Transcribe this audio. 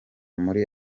muri